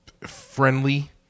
friendly